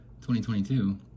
2022